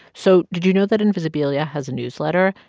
so did you know that invisibilia has a newsletter?